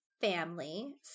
family